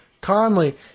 Conley